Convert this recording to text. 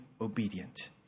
obedient